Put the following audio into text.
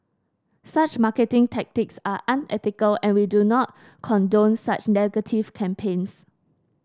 such marketing tactics are unethical and we do not condone such negative campaigns